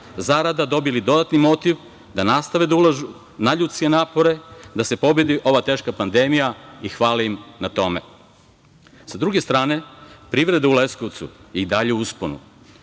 zarada dobili dodatni motiv da nastave da ulažu nadljudske napore da se pobedi ova teška pandemija i hvala im na tome. Sa druge strane, privreda u Leskovcu je i dalje u usponu.